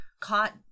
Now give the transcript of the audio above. caught